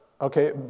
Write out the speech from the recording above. Okay